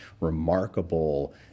remarkable